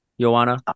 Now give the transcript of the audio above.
Joanna